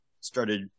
started